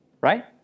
Right